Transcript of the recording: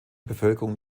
bevölkerung